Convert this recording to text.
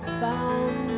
found